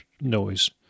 noise